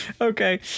okay